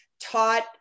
taught